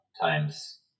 times